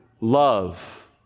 love